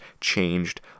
changed